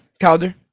Calder